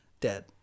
dead